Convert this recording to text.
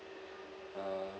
uh